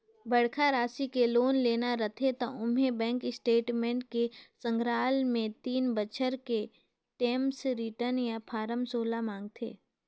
बड़खा रासि के लोन लेना रथे त ओम्हें बेंक स्टेटमेंट के संघराल मे तीन बछर के टेम्स रिर्टन य फारम सोला मांगथे